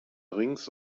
rings